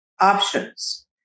options